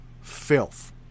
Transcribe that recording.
filth